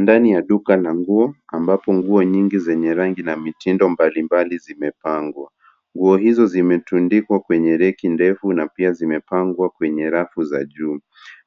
Ndani ya duka la nguo ambapo nguo nyingi zenye rangi na mitindo mbalimbali zimepangwa. Nguo hizo zimetundikwa kwenye reki ndefu na pia zimepangwa kwenye rafu za juu.